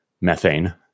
methane